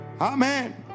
Amen